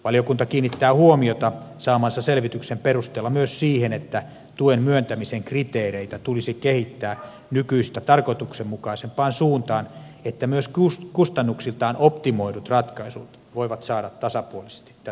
valiokunta kiinnittää huomiota saamansa selvityksen perusteella myös siihen että tuen myöntämisen kriteereitä tulisi kehittää nykyistä tarkoituksenmukaisempaan suuntaan niin että myös kustannuksiltaan optimoidut ratkaisut voivat saada tasapuolisesti tätä tukea